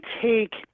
take